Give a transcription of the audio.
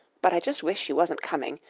but i just wish she wasn't coming.